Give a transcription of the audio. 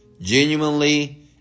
genuinely